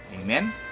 Amen